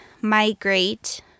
migrate